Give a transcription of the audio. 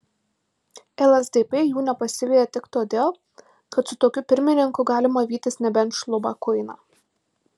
lsdp jų nepasiveja tik todėl kad su tokiu pirmininku galima vytis nebent šlubą kuiną